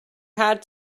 had